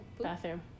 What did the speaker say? Bathroom